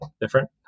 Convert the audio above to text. different